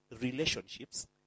relationships